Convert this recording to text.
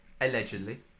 allegedly